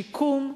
שיקום,